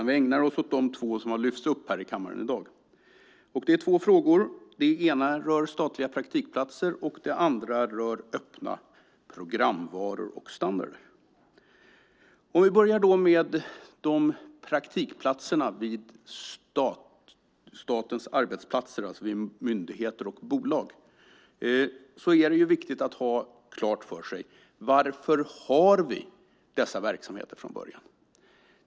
Vi ägnar oss åt de två som har lyfts upp här i kammaren i dag. Det är två frågor. Det ena rör statliga praktikplatser. Det andra rör öppna programvaror och standarder. Om vi börjar med praktikplatserna vid statens arbetsplatser, vid myndigheter och bolag, är det viktigt att ha klart för sig varför vi har dessa verksamheter från början.